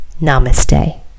namaste